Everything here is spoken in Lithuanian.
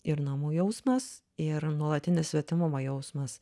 ir namų jausmas ir nuolatinis svetimumo jausmas